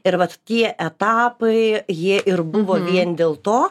ir vat tie etapai jie ir buvo vien dėl to